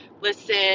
listen